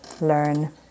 learn